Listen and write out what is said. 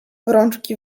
rączki